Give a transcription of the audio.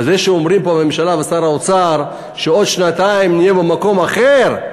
זה שאומרים פה הממשלה ושר האוצר שעוד שנתיים נהיה במקום אחר,